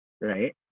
right